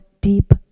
deep